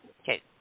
Okay